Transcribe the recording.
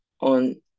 on